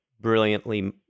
brilliantly